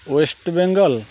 West Bengal